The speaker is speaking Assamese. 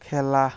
খেলা